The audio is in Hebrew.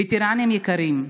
וטרנים יקרים,